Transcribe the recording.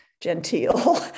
genteel